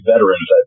Veterans